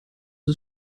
ist